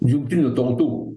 jungtinių tautų